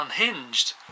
unhinged